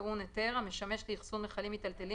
טעון היתר המשמש7,500 לאחסון מכלים מיטלטלים